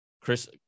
chris